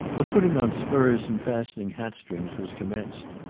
of putting on spurs and fastening hat-strings was commenced.